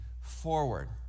forward